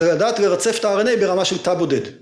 לדעת לרצף את ה-RNA ברמה של תא בודד.